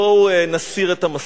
בואו נסיר את המסכות.